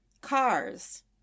cars